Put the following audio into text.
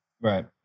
Right